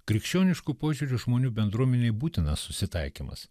krikščionišku požiūriu žmonių bendruomenei būtinas susitaikymas